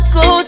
go